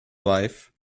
wife